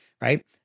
right